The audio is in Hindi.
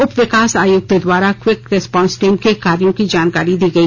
उप विकास आयुक्त द्वारा क्विक रिस्पांस टीम के कार्यो की जानकारी दी गई